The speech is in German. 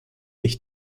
ich